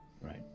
Right